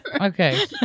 Okay